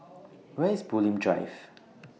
Where IS Bulim Drive